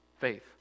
faith